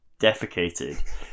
defecated